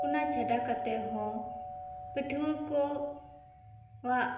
ᱚᱱᱟ ᱪᱷᱟᱰᱟ ᱠᱟᱛᱮ ᱦᱚᱸ ᱯᱟᱹᱴᱷᱩᱭᱟᱹ ᱠᱚᱣᱟᱜ